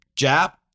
Jap